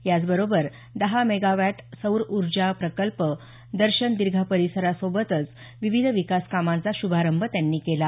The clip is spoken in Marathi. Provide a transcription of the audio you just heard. याचबरोबर दहा मेगावॅट सौर ऊर्जा प्रकल्प दर्शन दीर्घा परिसरासोबत विविध विकास कामांचा श्भारंभ केला